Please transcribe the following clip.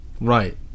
Right